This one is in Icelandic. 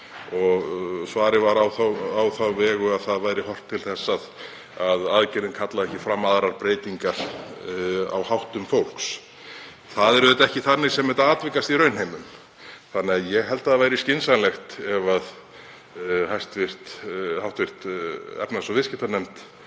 Svarið var á þá vegu að það væri horft til þess að aðgerðin kallaði ekki fram aðrar breytingar á háttum fólks. Það er auðvitað ekki þannig sem þetta atvikast í raunheimum þannig að ég held að það væri skynsamlegt ef hv. efnahags- og viðskiptanefnd